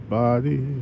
body